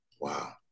Wow